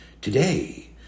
Today